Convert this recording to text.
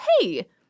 hey –